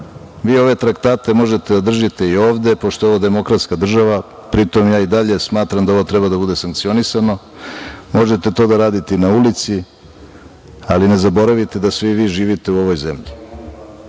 vi ove traktate možete da držite i ovde, pošto je ovo demokratska država, pri tome ja i dalje smatram da ovo treba da bude sankcionisano, možete to da radite i na ulici, ali ne zaboravite da svi vi živite u ovoj zemlji.